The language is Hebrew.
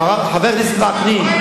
חבר הכנסת וקנין,